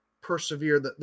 persevere